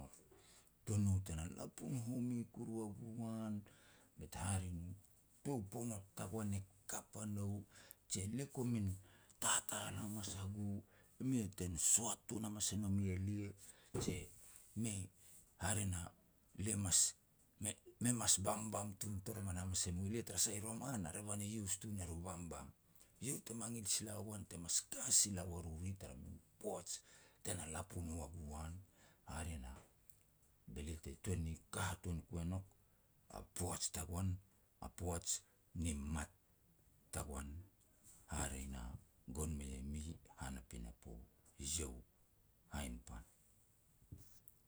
tuan no te na lapun home kuru ua gu an be te hare nu tou pongot tagoan e kap a nou, je lia komin tatal hamas a gu, e mi e ten soat tun hamas e no mi elia, je me hare na, lia mas, me-me mas bumbum tun toroman hamas e mue lia tara sah i roman a revan e yus tun er u bumbum. Iau te mangil sila wa goan te mas ka sila ua ru ri tara poaj te na lapun ua gu an, hare na, be lia te tun ka hatuan ku e nouk a poaj tagoan. A poaj ni mat tagoan, hare na, gon mei e mi, han a pinapo, eiau. Hainpan.